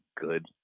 good